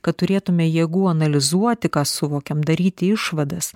kad turėtume jėgų analizuoti ką suvokiam daryti išvadas